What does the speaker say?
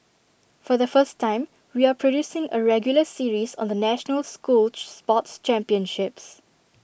for the first time we are producing A regular series on the national school sports championships